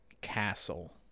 castle